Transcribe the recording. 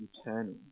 eternal